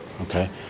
Okay